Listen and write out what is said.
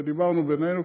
וכבר דיברנו בינינו,